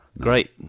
Great